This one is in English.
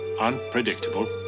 unpredictable